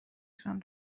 تونم